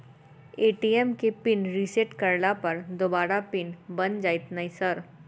ATM केँ pin reset करला पर दोबारा पिन बन जाइत नै सर?